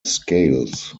scales